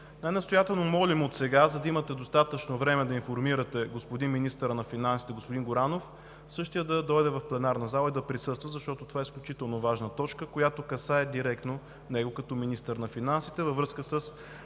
най настоятелно молим отсега, за да имате достатъчно време да информирате министъра на финансите господин Горанов да дойде в пленарната зала и да присъства, защото това е изключително важна точка, която касае директно него като министър на финансите във връзка с